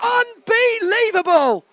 unbelievable